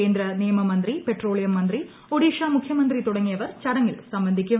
കേന്ദ്ര നിയമമന്ത്രി പെട്രോളിയം മന്ത്രി ഒഡിഷ മുഖ്യമന്ത്രി തുടങ്ങിയവർ ചടങ്ങിൽ സംബന്ധിക്കും